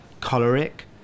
choleric